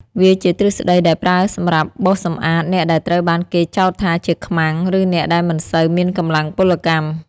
វាជាទ្រឹស្តីដែលប្រើសម្រាប់បោសសម្អាតអ្នកដែលត្រូវបានគេចោទថាជាខ្មាំង ឬអ្នកដែលមិនសូវមានកម្លាំងពលកម្ម។